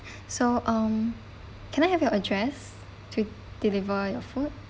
so um can I have your address to deliver your food